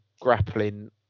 grappling